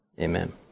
Amen